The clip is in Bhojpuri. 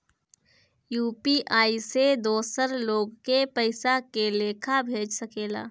यू.पी.आई से दोसर लोग के पइसा के लेखा भेज सकेला?